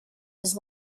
his